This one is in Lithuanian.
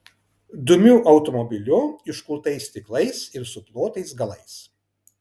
dumiu automobiliu iškultais stiklais ir suplotais galais